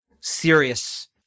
serious